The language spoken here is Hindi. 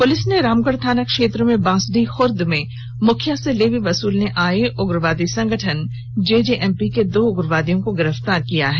पुलिस ने रामगढ़ थाना क्षेत्र के बांसडीह खुर्द में मुखिया से लेवी वसूलने आए उग्रवादी संगठन जेजेएमपी के दो उग्रवादियों को गिरफ्तार किया है